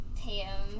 Pam